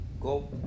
go